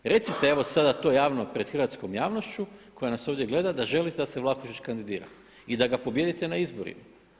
Recite evo sada to javno pred hrvatskom javnošću koja nas ovdje gleda da želite da se Vlahušić kandidira i da ga pobijedite na izborima.